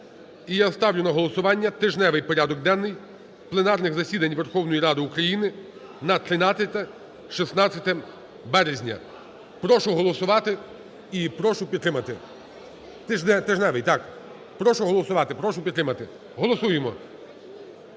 Ы я ставлю на голосування тижневий порядок денний пленарних засідань Верховної Ради України на 13-16 березня. Прошу голосувати і прошу підтримати. Тижневий, так. Прошу голосувати, прошу підтримати. Голосуємо.